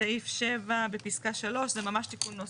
בסעיף 7 בפסקה 3 זה ממה תיקון נוסח.